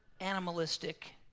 animalistic